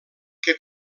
que